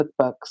cookbooks